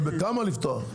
אבל בכמה לפתוח?